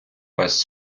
пес